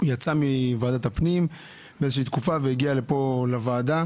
יצא מוועדת הפנים באיזושהי תקופה והגיע פה לוועדה.